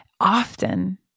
often